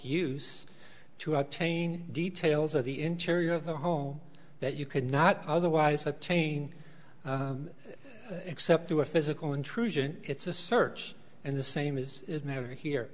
use to obtain details of the interior of the home that you could not otherwise obtain except through a physical intrusion it's a search and the same is never he